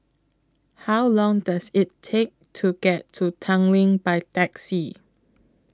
How Long Does IT Take to get to Tanglin By Taxi